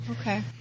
Okay